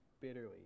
bitterly